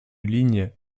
ligne